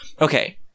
Okay